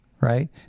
right